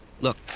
Look